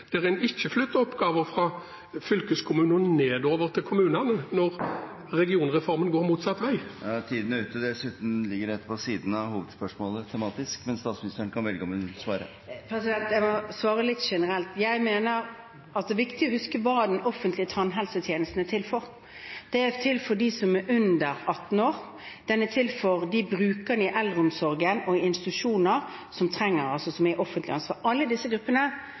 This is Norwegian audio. der en ikke flytter oppgaver fra fylkeskommunen og nedover til kommunene når regionreformen går motsatt vei? Tiden er ute. Dessuten ligger dette på siden av hovedspørsmålet tematisk, men statsministeren kan velge om hun vil svare. Jeg må svare litt generelt. Jeg mener at det er viktig å huske hvem den offentlige tannhelsetjenesten er til for. Den er til for dem som er under 18 år, og den er til for brukere i eldreomsorgen og institusjoner som er det offentliges ansvar. Alle disse gruppene